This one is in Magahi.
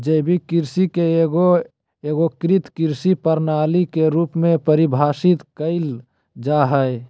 जैविक कृषि के एगो एगोकृत कृषि प्रणाली के रूप में परिभाषित कइल जा हइ